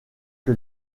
que